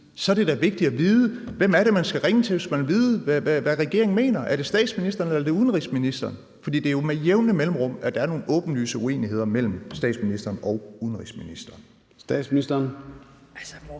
er det da vigtigt at vide, hvem det er, man skal ringe til, hvis man vil vide, hvad regeringen mener. Er det statsministeren, eller er det udenrigsministeren? For det er jo med jævne mellemrum, at der er nogle åbenlyse uenigheder mellem statsministeren og udenrigsministeren.